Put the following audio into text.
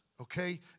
okay